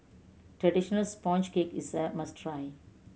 traditional sponge cake is a must try